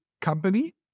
company